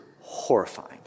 horrifying